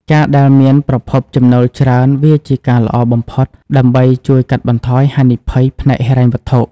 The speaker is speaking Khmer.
ការដែលមានប្រភពចំណូលច្រើនវាជាការល្អបំផុត ដើម្បីជួយកាត់បន្ថយហានិភ័យផ្នែកហិរញ្ញវត្ថុ។